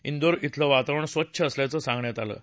इंदौर इथलं वातावरण स्वच्छ असल्याचं सांगण्यात आलं आहे